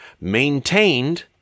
Maintained